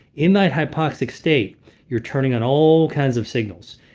in that hypoxic state you're turning on all kinds of signals.